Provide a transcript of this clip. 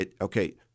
okay